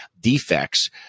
defects